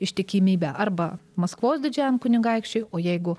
ištikimybę arba maskvos didžiajam kunigaikščiui o jeigu